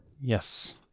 Yes